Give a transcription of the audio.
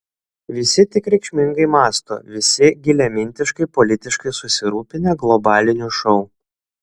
visi tik reikšmingai mąsto visi giliamintiškai politiškai susirūpinę globaliniu šou